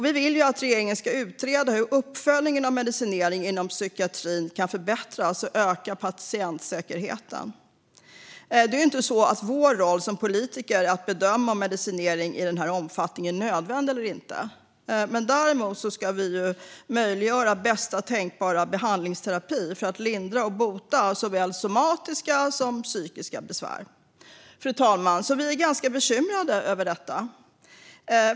Vi vill att regeringen ska utreda hur uppföljningen av medicinering inom psykiatrin kan förbättras för att öka patientsäkerheten. Det är ju inte vår roll som politiker att bedöma om medicinering i den här omfattningen är nödvändig eller inte. Däremot ska vi möjliggöra bästa tänkbara behandlingsterapi för att lindra och bota såväl somatiska som psykiska besvär. Fru talman! Vi är ganska bekymrade över detta.